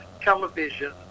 television